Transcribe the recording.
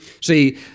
See